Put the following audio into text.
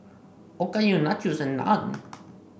Okayu Nachos and Naan